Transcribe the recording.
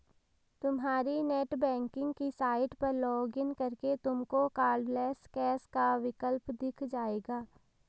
तुम्हारी नेटबैंकिंग की साइट पर लॉग इन करके तुमको कार्डलैस कैश का विकल्प दिख जाएगा